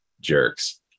jerks